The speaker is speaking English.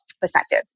perspective